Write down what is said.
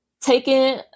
taking